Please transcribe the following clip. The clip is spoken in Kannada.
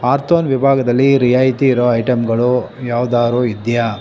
ಆರ್ತೋನ್ ವಿಭಾಗದಲ್ಲಿ ರಿಯಾಯಿತಿ ಇರೋ ಐಟಮ್ಗಳು ಯಾವ್ದಾದ್ರೂ ಇದೆಯಾ